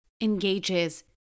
engages